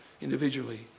individually